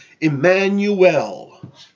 Emmanuel